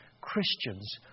Christians